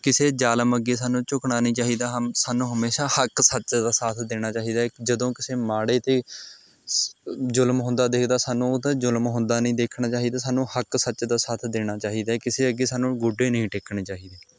ਕਿਸੇ ਜ਼ਾਲਮ ਅੱਗੇ ਸਾਨੂੰ ਝੁਕਣਾ ਨਹੀਂ ਚਾਹੀਦਾ ਹਮ ਸਾਨੂੰ ਹਮੇਸ਼ਾ ਹੱਕ ਸੱਚ ਦਾ ਸਾਥ ਦੇਣਾ ਚਾਹੀਦਾ ਜਦੋਂ ਕਿਸੇ ਮਾੜੇ 'ਤੇ ਸ ਜ਼ੁਲਮ ਹੁੰਦਾ ਦੇਖਦਾ ਸਾਨੂੰ ਉਹ ਤਾਂ ਜ਼ੁਲਮ ਹੁੰਦਾ ਨਹੀਂ ਦੇਖਣਾ ਚਾਹੀਦਾ ਸਾਨੂੰ ਹੱਕ ਸੱਚ ਦਾ ਸਾਥ ਦੇਣਾ ਚਾਹੀਦਾ ਕਿਸੇ ਅੱਗੇ ਸਾਨੂੰ ਗੋਡੇ ਨਹੀਂ ਟੇਕਣੇ ਚਾਹੀਦੇ